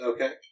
Okay